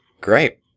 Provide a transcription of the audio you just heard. Great